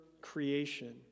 creation